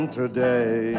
today